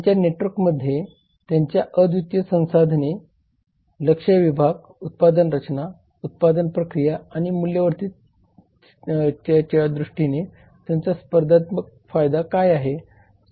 त्यांच्या नेटवर्कमध्ये त्यांच्या अद्वितीय संसाधने लक्ष्य विभाग उत्पादन रचना उत्पादन प्रक्रिया आणि मूल्यवर्धिततेच्या दृष्टीने त्यांचा स्पर्धात्मक फायदा काय आहे